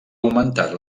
augmentat